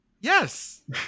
Yes